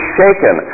shaken